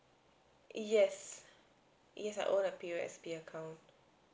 yes yes I own a P_L_S_B account